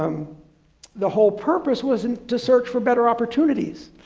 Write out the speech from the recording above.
um the whole purpose was to search for better opportunities.